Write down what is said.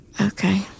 Okay